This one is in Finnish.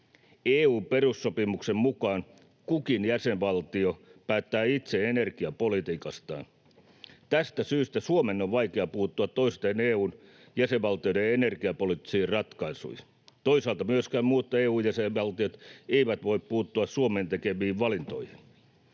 EU:n perussopimuksen mukaan kukin jäsenvaltio päättää itse energiapolitiikastaan. Tästä syystä Suomen on vaikea puuttua toisten EU:n jäsenvaltioiden energiapoliittisiin ratkaisuihin. Toisaalta myöskään muut EU:n jäsenvaltiot eivät voi puuttua Suomen tekemiin valintoihin.